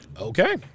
Okay